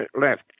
Left